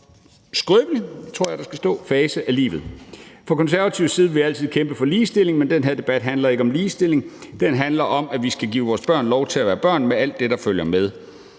skrøbelig en fase af livet. Fra Konservatives side vil vi altid kæmpe for ligestilling, men den her debat handler ikke om ligestilling, den handler om, at vi skal give vores børn lov til at være børn med alt det, der følger med.